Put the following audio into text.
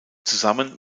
zusammen